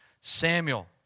Samuel